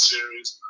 Series